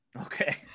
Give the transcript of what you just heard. Okay